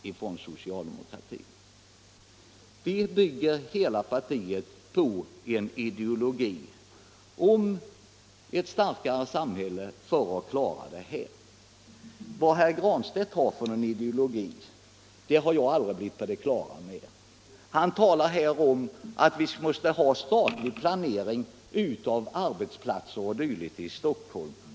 Hela partiet bygger på en ideologi om ett starkare samhälle för att klara detta. Vilken ideologi herr Granstedt har har jag aldrig blivit på det klara med. Han talar om att det måste ske en statlig planering av arbetsplatser och dylikt i Stockholm.